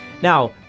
Now